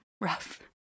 Rough